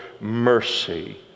mercy